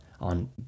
on